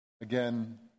Again